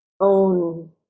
own